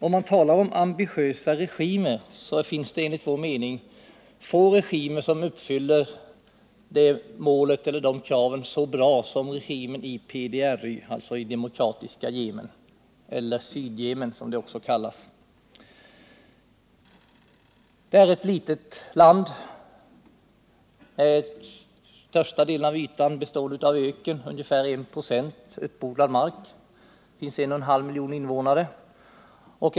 Om man talar om ambitiösa regimer, så finns det enligt vår mening få regimer som uppfyller det kravet så bra som den i PDRY, alltså det demokratiska Yemen eller Sydyemen, som det också kallas. Det är ett litet land. Största delen av ytan består av öken; ungefär 1 26 är uppodlad mark. Där finns 1,5 miljoner invånare.